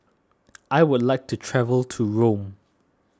I would like to travel to Rome